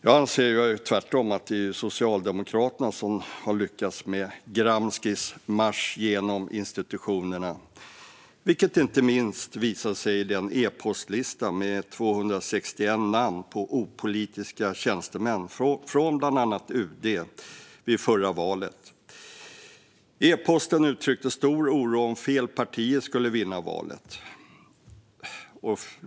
Jag anser tvärtom att det är Socialdemokraterna som har lyckats med Gramscis "marsch genom institutionerna", vilket inte minst visade sig inför förra valet i e-postlistan med 261 namn på opolitiska tjänstemän från bland annat UD. I e-postlistan uttrycktes stor oro för att fel partier skulle vinna valet.